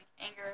anger